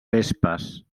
vespes